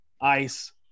ice